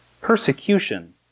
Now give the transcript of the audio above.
Persecution